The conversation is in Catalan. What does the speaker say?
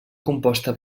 composta